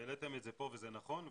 העליתם את זה פה וזה נכון,